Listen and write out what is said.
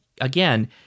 again